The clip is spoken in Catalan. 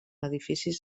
edificis